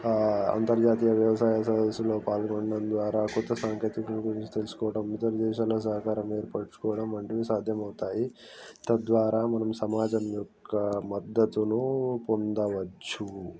అంతర్జాతీయ వ్యవసాయ సదస్సులో పాల్గొనడం ద్వారా క్రొత్త సాంకేతికతల గురించి తెలుసుకోవడం ఇతర దేశాల సహకారం ఏర్పరచుకోవడం వంటివి సాధ్యం అవుతాయి తద్వారా మనం సమాజం యొక్క మద్దతును పొందవచ్చు